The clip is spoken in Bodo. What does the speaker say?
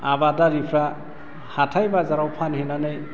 आबादारिफ्रा हाथाइ बाजाराव फानहैनानै